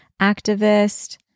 activist